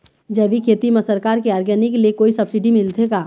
जैविक खेती म सरकार के ऑर्गेनिक ले कोई सब्सिडी मिलथे का?